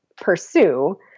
pursue